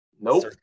Nope